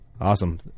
Awesome